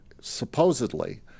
supposedly